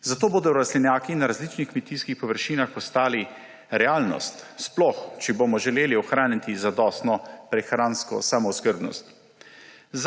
zato bodo rastlinjaki na različnih kmetijskih površinah postali realnost, sploh če bomo želeli ohraniti zadostno prehransko samooskrbnost.